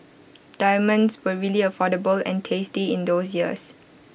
diamonds were really affordable and tasty in those years